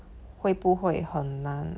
会不会很难